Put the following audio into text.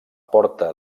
porta